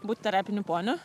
būt terapiniu poniu